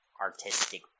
artistic